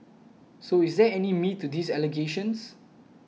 so is there any meat to these allegations